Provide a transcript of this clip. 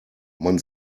man